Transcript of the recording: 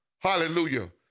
Hallelujah